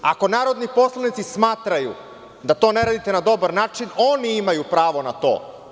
Ako narodni poslanici smatraju da to ne radite na dobar način, oni imaju pravo na to.